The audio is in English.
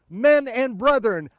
men and brethren,